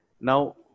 Now